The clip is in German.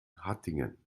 hattingen